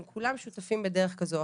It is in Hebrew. הם כולם שותפים בדרך כזו,